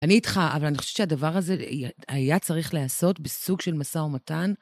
אני איתך, אבל אני חושבת שהדבר הזה היה צריך להעשות בסוג של משא ומתן.